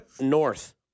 North